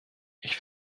ich